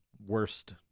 worst